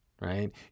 right